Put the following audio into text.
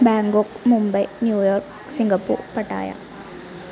Bangkok Mumbai New York Singapore Pattaya